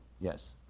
yes